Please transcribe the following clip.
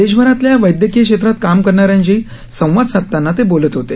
देशभरातल्या वैद्यकीय क्षेत्रात काम करणाऱ्यांशी संवाद साधताना ते बोलत होते